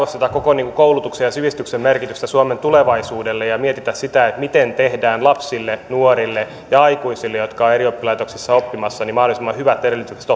ei arvosteta koko koulutuksen ja sivistyksen merkitystä suomen tulevaisuudelle ja ja mietitä sitä miten tehdään lapsille nuorille ja aikuisille jotka ovat eri oppilaitoksissa oppimassa mahdollisimman hyvät edellytykset